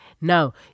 Now